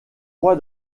roi